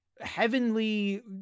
heavenly